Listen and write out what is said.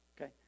okay